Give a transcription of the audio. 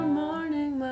morning